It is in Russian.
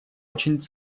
очень